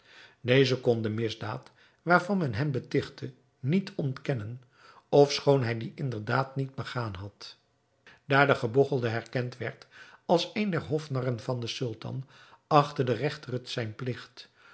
deze kon de misdaad waarvan men hem betigtte niet ontkennen ofschoon hij die inderdaad niet begaan had daar de gebogchelde herkend werd als een der hofnarren van den sultan achtte de regter het zijn pligt